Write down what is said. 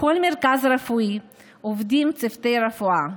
בכל מרכז רפואי עובדים צוותי רפואה,